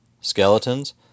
skeletons